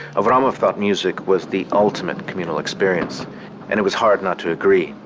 avraamov thought music was the ultimate communal experience and it was hard not to agree.